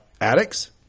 Addicts